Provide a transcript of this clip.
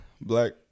black